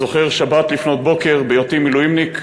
אני זוכר שבת לפנות בוקר בהיותי מילואימניק,